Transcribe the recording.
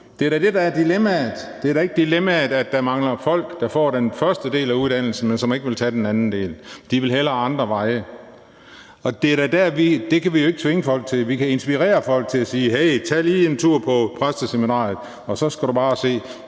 Det er da det, der er dilemmaet; det er da ikke et dilemma, at der mangler folk, der får den første del af uddannelsen, og som ikke vil tage den anden del, for de vil hellere andre veje. Det kan vi jo ikke tvinge folk til. Vi kan inspirere folk til at sige: Hey, tag lige en tur på præsteseminariet, og så skal du bare se,